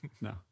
No